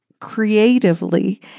creatively